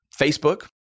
Facebook